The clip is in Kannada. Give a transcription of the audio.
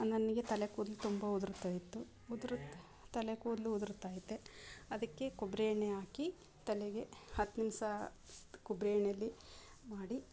ನನಗೆ ತಲೆ ಕೂದಲು ತುಂಬ ಉದುರ್ತಾಯಿತ್ತು ಉದುರ್ತಾ ತಲೆ ಕೂದಲು ಉದುರುತಾಯಿದೆ ಅದಕ್ಕೆ ಕೊಬ್ಬರಿ ಎಣ್ಣೆ ಹಾಕಿ ತಲೆಗೆ ಹತ್ತು ನಿಮಿಷ ಕೊಬ್ಬರಿ ಎಣ್ಣೆಯಲ್ಲಿ ಮಾಡಿ